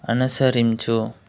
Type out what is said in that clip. అనుసరించు